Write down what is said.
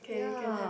ya